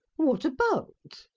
what about?